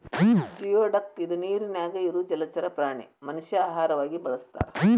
geoduck ಇದ ನೇರಿನ್ಯಾಗ ಇರು ಜಲಚರ ಪ್ರಾಣಿ ಮನಷ್ಯಾ ಆಹಾರವಾಗಿ ಬಳಸತಾರ